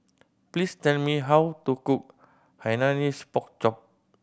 please tell me how to cook Hainanese Pork Chop